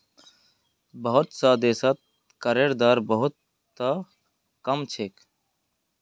बहुत स देशत करेर दर बहु त कम छेक